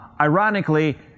ironically